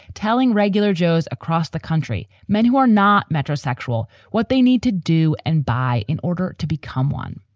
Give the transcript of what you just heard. telling regular joes across the country men who are not metrosexual, what they need to do and buy in order to become one.